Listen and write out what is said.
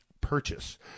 purchase